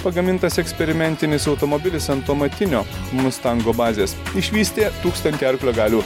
pagamintas eksperimentinis automobilis ant tuometinio mustango bazės išvystė tūkstantį arklio galių